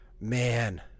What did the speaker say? man